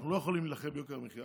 אנחנו לא יכולים להילחם ביוקר המחיה,